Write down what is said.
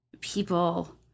people